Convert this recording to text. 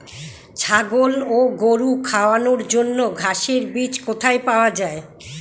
ছাগল ও গরু খাওয়ানোর জন্য ঘাসের বীজ কোথায় পাওয়া যায়?